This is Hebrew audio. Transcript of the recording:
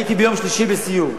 הייתי ביום שלישי בסיור.